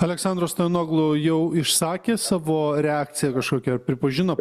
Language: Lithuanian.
aleksandras stoianoglo jau išsakė savo reakciją kažkokią pripažino